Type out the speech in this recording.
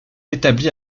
établie